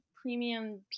premium